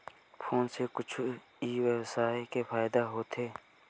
Phone से कुछु ई व्यवसाय हे फ़ायदा होथे?